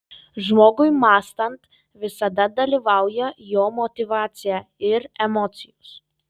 žmogui mąstant visada dalyvauja jo motyvacija ir emocijos